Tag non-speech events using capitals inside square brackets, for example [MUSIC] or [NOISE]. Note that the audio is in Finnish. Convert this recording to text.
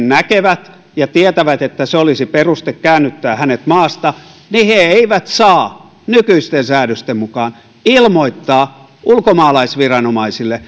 [UNINTELLIGIBLE] näkevät ja tietävät että se olisi peruste käännyttää hänet maasta niin he eivät saa nykyisten säädösten mukaan ilmoittaa ulkomaalaisviranomaisille [UNINTELLIGIBLE]